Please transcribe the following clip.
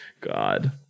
God